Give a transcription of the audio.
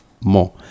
more